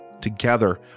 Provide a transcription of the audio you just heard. Together